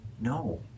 No